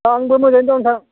आंबो मोजाङैनो दं नोंथां